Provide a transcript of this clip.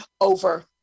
over